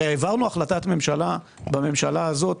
הרי העברנו החלטת ממשלה בממשלה הזאת